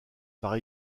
par